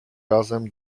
razem